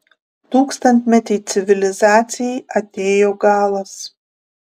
tūkstantmetei civilizacijai atėjo galas